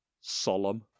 solemn